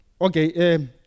Okay